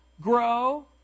grow